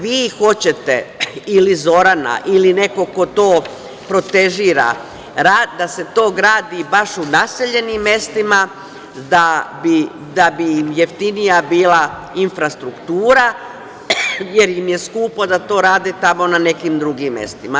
Vi hoćete, ili Zorana, ili neko ko to protežira, da se to gradi baš u naseljenim mestima da bi im jeftinija bila infrastruktura, jer im je skupo da to rade tamo na nekim drugim mestima.